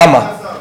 למה?